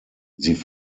sie